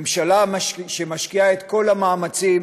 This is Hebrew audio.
ממשלה שמשקיעה את כל המאמצים